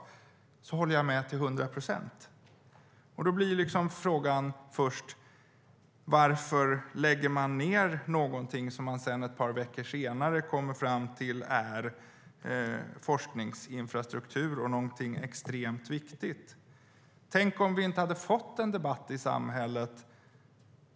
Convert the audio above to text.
Jag håller med till hundra procent. Frågan blir då varför man lägger ned något som man ett par veckor senare kommer fram till är forskningsinfrastruktur och extremt viktigt. Tänk om vi inte hade fått en debatt i samhället!